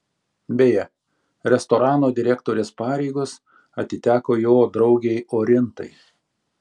beje restorano direktorės pareigos atiteko jo draugei orintai